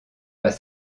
pas